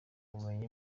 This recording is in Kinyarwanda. ubumenyi